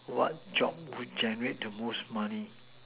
what job would generate the most money